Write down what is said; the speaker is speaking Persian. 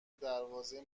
دروازه